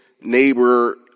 neighbor